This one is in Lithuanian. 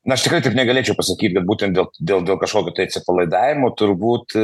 na aš tikrai taip negalėčiau pasakyt bet būtent dėl dėl dėl kažkokio tai atsipalaidavimo turbūt